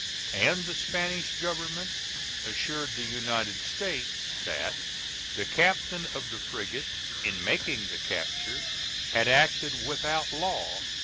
and the spanish government assured the united states that the captain of the frigate in making the capture had acted without law,